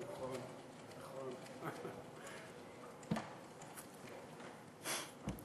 הוא אומר שהוא לא רוצה שתי מדינות.